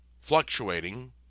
fluctuating